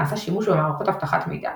נעשה שימוש במערכות אבטחת מידע.